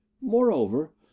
moreover